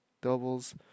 doubles